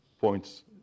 points